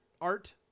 art